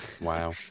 Wow